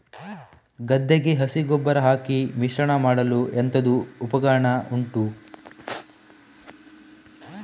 ಗದ್ದೆಗೆ ಹಸಿ ಗೊಬ್ಬರ ಹಾಕಿ ಮಿಶ್ರಣ ಮಾಡಲು ಎಂತದು ಉಪಕರಣ ಉಂಟು?